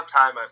time